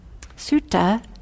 sutta